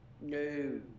no